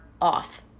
off